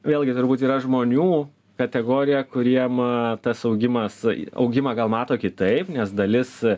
vėlgi turbūt yra žmonių kategorija kuriem tas augimas augimą gal mato kitaip nes dalis